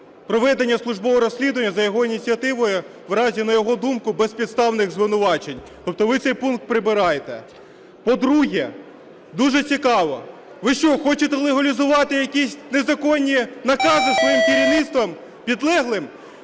проведення службового розслідування за його ініціативою в разі, на його думку, безпідставних звинувачень. Тобто ви цей пункт прибираєте. По-друге, дуже цікаво, ви що, хочете легалізувати якісь незаконні накази своїм керівництвом підлеглим?